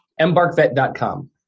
EmbarkVet.com